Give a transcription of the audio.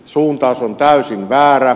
suuntaus on täysin väärä